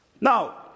Now